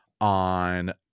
on